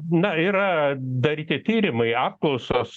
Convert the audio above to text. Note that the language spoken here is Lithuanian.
na yra daryti tyrimai apklausos